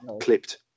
clipped